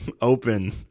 open